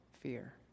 fear